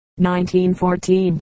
1914